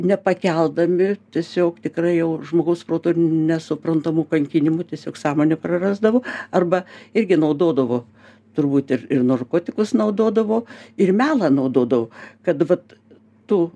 nepakeldami tiesiog tikrai jau žmogaus protu nesuprantamų kankinimų tiesiog sąmonę prarasdavo arba irgi naudodavo turbūt ir ir narkotikus naudodavo ir melą naudodavo kad vat tu